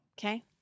Okay